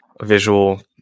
visual